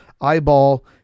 eyeball